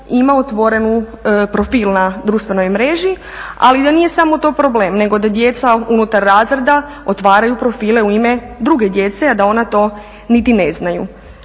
ima otvoren profil na društvenoj mreži, ali da nije samo to problem, nego da djeca unutar razreda otvaraju profile u ime druge djece a da ona to niti ne znaju.